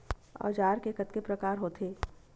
औजार के कतेक प्रकार होथे?